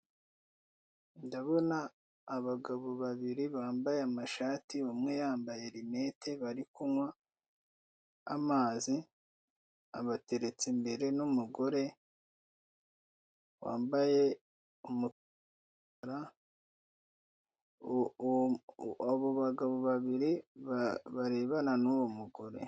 Ndabona abagabo babiri bambaye amashati, umwe yambaye rinete, bari kunywa amazi abateretse imbere n'umugore wambaye umupira w'umukara, abo bagabo babiri barebana nuwo mugore.